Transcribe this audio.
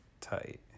tight